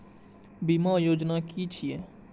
बीमा योजना कि छिऐ?